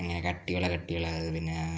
അങ്ങനെ കട്ടികൾ കട്ടികൾ അത് പിന്നെ